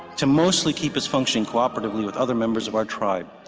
to mostly keep us functioning co-operatively with other members of our tribe.